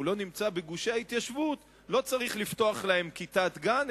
אם הוא לא נמצא בגושי ההתיישבות לא צריך לפתוח להם כיתת גן,